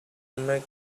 make